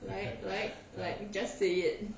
like like like just say it